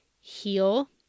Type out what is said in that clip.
heal